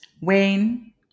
Wayne